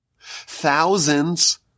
Thousands